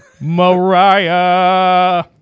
Mariah